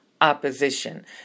opposition